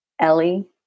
Ellie